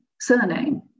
surname